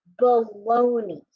baloney